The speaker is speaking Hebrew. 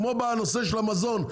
כמו בנושא של המזון,